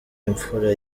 imfura